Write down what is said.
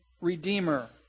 Redeemer